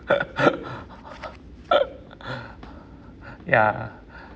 ya